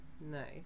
Nice